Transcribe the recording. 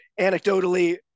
anecdotally